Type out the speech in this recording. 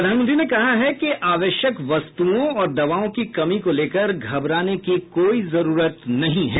प्रधानमंत्री ने कहा कि आवश्यक वस्तुओं और दवाओं की कमी को लेकर घबराने की कोई जरूरत नहीं है